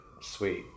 sweet